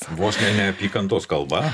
vos ne neapykantos kalba